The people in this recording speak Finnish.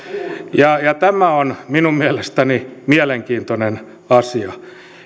tämä on minun mielestäni mielenkiintoinen asia